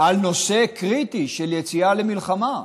בנושא קריטי של יציאה למלחמה,